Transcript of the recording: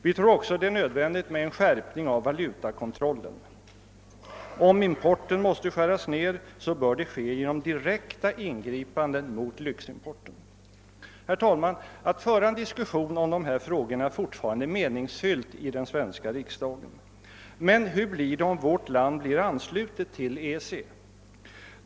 Vi anser det också nödvändigt med en skärpning av valutakontrollen. Om importen måste skäras ned, bör det ske genom direkta ingripanden mot lyximport. Herr talman! Att föra en diskussion om de här frågorna är fortfarande meningsfyllt i den svenska riksdagen, men hur blir det om vårt land blir anslutet till EEC?